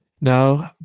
No